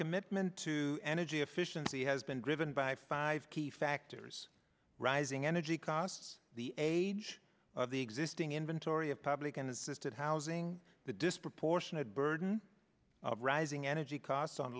commitment to energy efficiency has been driven by five key factors rising energy costs the age of the existing inventory of public and assisted housing the disproportionate burden of rising energy costs on